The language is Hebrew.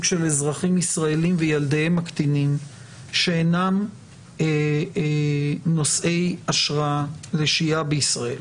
של אזרחים ישראלים וילדיהם הקטינים שאינם נושאי אשרה לשהייה בישראל.